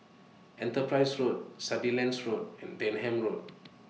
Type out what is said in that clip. Enterprise Road Sandilands Road and Denham Road